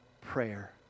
prayer